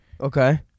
Okay